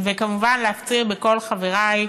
אני מאוד מקווה,